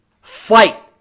fight